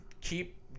keep